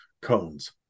cones